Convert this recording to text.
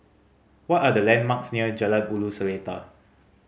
what are the landmarks near Jalan Ulu Seletar